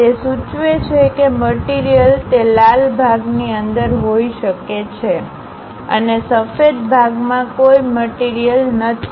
તે સૂચવે છે કે મટીરીયલતે લાલ ભાગની અંદર હોઈ શકે છે અને સફેદ ભાગમા કોઈ મટીરીયલમટીરીયલ નથી